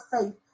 faith